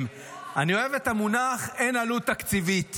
אני אוהב את המונח "אין עלות תקציבית".